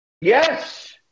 Yes